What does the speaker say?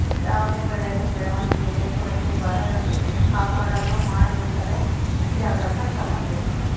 ಯಾವುದೇ ಬೆಳೆಯಲ್ಲಿ ಬೆಳವಣಿಗೆಯ ಕೊರತೆ ಬರದಂತೆ ಕಾಪಾಡಲು ಮಾಡಬೇಕಾದ ಮುಂಜಾಗ್ರತಾ ಕ್ರಮ ಏನು?